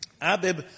Abib